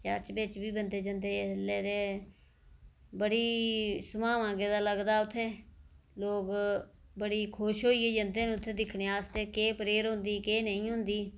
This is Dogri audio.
चर्च बिच बी बंदे जंदे इसलै ते बड़ी सुहामां गेदा लगदा उत्थै लोक बड़े खुश होइये जंदे न उत्थै दिक्खने गी अस केह् प्रेअर होंदी ते केह् नेईं होंदी